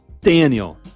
Daniel